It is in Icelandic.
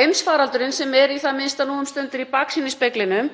Heimsfaraldurinn, sem er í það minnsta nú um stundir í baksýnisspeglinum,